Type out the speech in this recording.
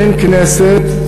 אין כנסת,